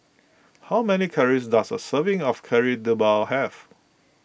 how many calories does a serving of Kari Debal have